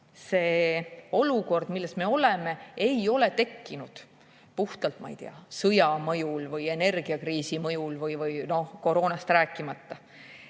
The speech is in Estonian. See olukord, milles me oleme, ei ole tekkinud puhtalt, ma ei tea, sõja või energiakriisi mõjul, koroonast rääkimata.